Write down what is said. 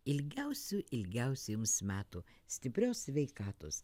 ilgiausių ilgiausių jums metų stiprios sveikatos